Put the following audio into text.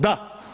Da.